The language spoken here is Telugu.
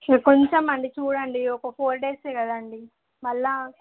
కొంచెం అండి చూడండి ఒక ఫోర్ డేస్ కదండి మరల